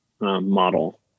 model